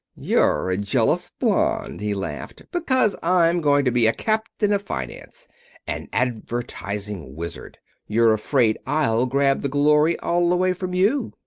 you're a jealous blonde, he laughed. because i'm going to be a captain of finance an advertising wizard you're afraid i'll grab the glory all away from you.